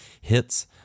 hits